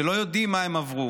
שלא יודעים מה הם עברו,